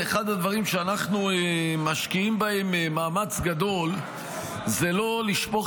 אחד הדברים שאנחנו משקיעים בהם מאמץ גדול הוא לא לשפוך